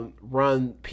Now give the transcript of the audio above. run